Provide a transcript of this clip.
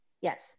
yes